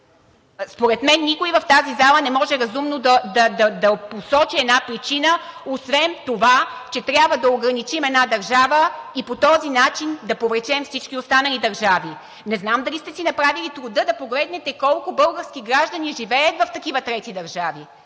Според мен никой в тази зала не може разумно да посочи причина освен това, че трябва да ограничим една държава и по този начин да повлечем всички останали държави. Не знам дали сте си направили труда да погледнете колко български граждани живеят в такива трети държави.